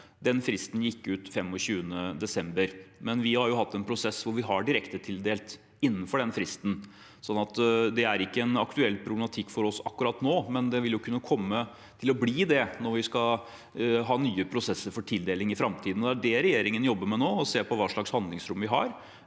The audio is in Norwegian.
Den fristen gikk ut 25. desember. Vi har hatt en prosess hvor vi har direktetildelt innenfor den fristen, så det er ikke en aktuell problematikk for oss akkurat nå, men det vil jo kunne komme til å bli det når vi skal ha nye prosesser for tildeling i framtiden. Det er det regjeringen jobber med nå, å se på hva slags handlingsrom vi har,